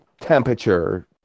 temperature